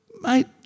mate